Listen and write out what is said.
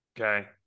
Okay